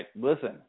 Listen